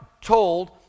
told